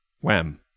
Wham